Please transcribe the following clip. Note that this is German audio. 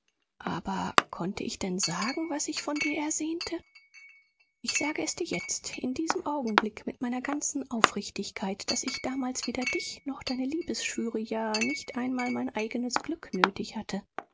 aber konnte ich denn sagen was ich von dir ersehnte ich sage es dir jetzt in diesem augenblick mit meiner ganzen aufrichtigkeit daß ich damals weder dich noch deine liebesschwüre ja nicht einmal mein eigenes glück nötig hatte